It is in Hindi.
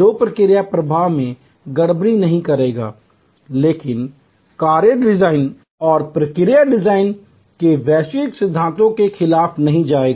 जो प्रक्रिया प्रवाह में गड़बड़ी नहीं करेगा लेकिन कार्य डिजाइन और प्रक्रिया प्रवाह डिजाइन के वैज्ञानिक सिद्धांतों के खिलाफ नहीं जाएगा